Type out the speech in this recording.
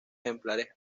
ejemplares